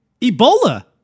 Ebola